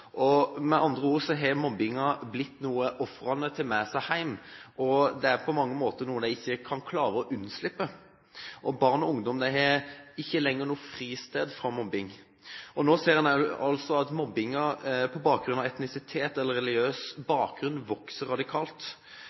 lignende. Med andre ord har mobbingen blitt noe ofrene tar med seg hjem. Det er på mange måter noe de ikke kan klare å unnslippe. Barn og ungdom har ikke lenger noe fristed fra mobbing. Nå ser en altså at mobbing på bakgrunn av etnisitet eller religiøs bakgrunn vokser radikalt.